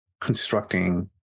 constructing